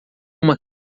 uma